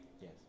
Yes